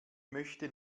möchte